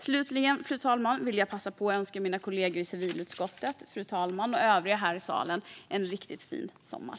Slutligen vill jag passa på att önska mina kollegor i civilutskottet, fru talmannen och övriga här i salen en riktigt fin sommar.